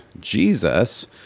Jesus